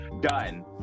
done